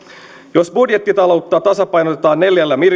jos budjettitaloutta tasapainotetaan neljällä